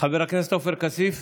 חבר הכנסת עופר כסיף,